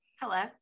hello